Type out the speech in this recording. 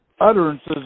utterances